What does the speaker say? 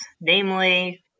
namely